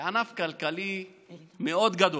זה ענף כלכלי מאוד גדול,